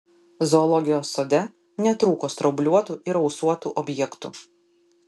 zoologijos sode netrūko straubliuotų ir ausuotų objektų